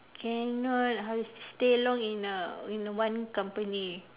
cannot how to stay long in a in a one company